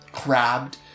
Crabbed